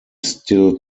still